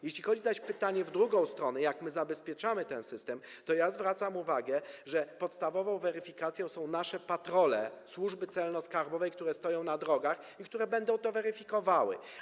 Jeśli chodzi zaś o pytanie w drugą stronę, jak my zabezpieczamy ten system, to ja zwracam uwagę, że podstawową weryfikacją są nasze patrole służby celno-skarbowej, które będą stały na drogach i będą to weryfikowały.